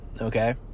okay